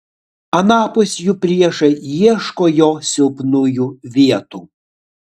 anapus jų priešai ieško jo silpnųjų vietų